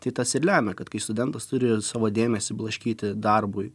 tai tas ir lemia kad kai studentas turi savo dėmesį blaškyti darbui